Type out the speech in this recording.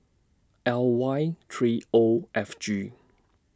L Y three O F G